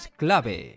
clave